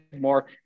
more